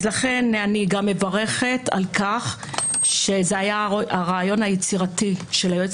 ולכן אני גם מברכת על כך שזה היה הרעיון היצירתי של היועץ